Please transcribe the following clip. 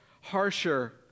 harsher